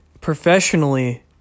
Professionally